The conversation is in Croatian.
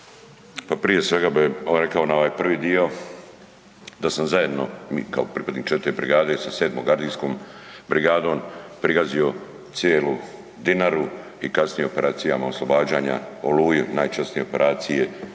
Pa prije svega bi rekao na ovaj prvi dio da smo zajedno mi kao pripadnik IV. brigade sa VII. gardijskom brigadom, pregazio cijelu Dinaru i kasnije u operacijama oslobađanja, Oluju, najčasnije operacije